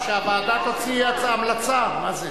שהוועדה תוציא המלצה, מה זה?